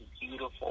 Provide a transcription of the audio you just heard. beautiful